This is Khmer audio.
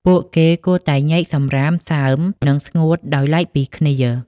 ពួកគេគួរតែញែកសំរាមសើម និងស្ងួតដោយទ្បែកពីគ្នា។